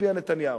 יצביע נתניהו,